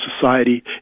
society